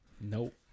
Nope